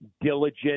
diligent